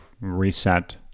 reset